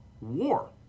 War